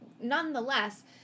nonetheless